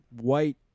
White